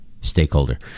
stakeholder